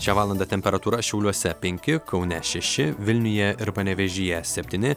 šią valandą temperatūra šiauliuose penki kaune šeši vilniuje ir panevėžyje septyni